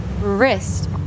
wrist